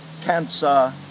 Cancer